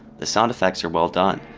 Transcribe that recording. the sound effects are well done.